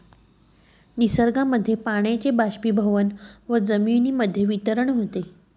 निसर्गामध्ये पाण्याचे बाष्पीभवन व जमिनीमध्ये वितरण होते